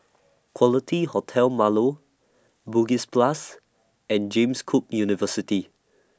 Quality Hotel Marlow Bugis Plus and James Cook University